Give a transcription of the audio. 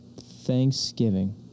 Thanksgiving